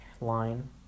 line